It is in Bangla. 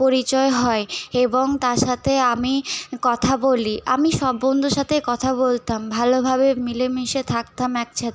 পরিচয় হয় এবং তার সাথে আমি কথা বলি আমি সব বন্ধুর সাতে কথা বলতাম ভালোভাবে মিলে মিশে থাকতাম একসাথে